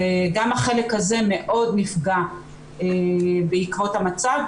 גם החלק הזה מאוד נפגע בעקבות המצב,